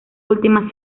última